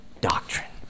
doctrine